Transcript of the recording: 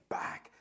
back